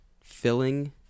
filling